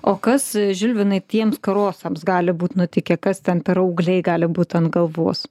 o kas žilvinai tiems karosams gali būt nutikę kas ten per augliai gali būt ant galvos